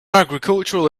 agricultural